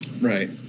Right